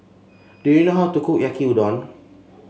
do you know how to cook Yaki Udon